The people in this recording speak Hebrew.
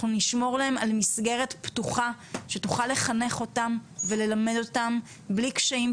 אנחנו נשמור להם על מסגרת פתוחה שתוכל לחנך אותם וללמד אותם בלי קשיים.